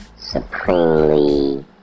supremely